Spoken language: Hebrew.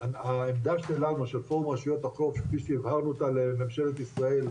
העמדה שלנו של פורום רשויות החוף כפי שהבהרנו אותה לממשלת ישראל,